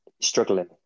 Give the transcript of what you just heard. struggling